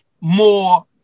more